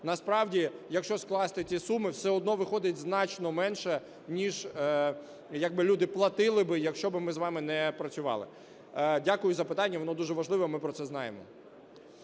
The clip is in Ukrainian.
Насправді, якщо скласти ці суми, все одно виходить значно менше, ніж як би люди платили би, якщо ми з вами не працювали. Дякую за питання. Воно дуже важливе. Ми про це знаємо.